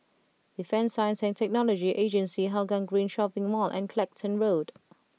Defence Science and Technology Agency Hougang Green Shopping Mall and Clacton Road